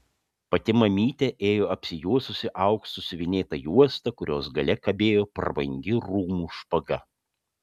pati mamytė ėjo apsijuosusi auksu siuvinėta juosta kurios gale kabėjo prabangi rūmų špaga